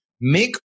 make